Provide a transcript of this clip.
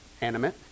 animate